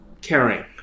caring